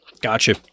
gotcha